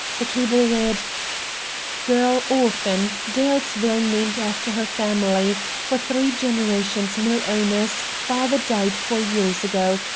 the cable read girl orphan, dalesville named after her family, for three generations mill-owners, father died four years ago,